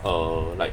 err like